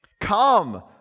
Come